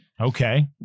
Okay